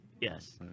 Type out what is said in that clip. yes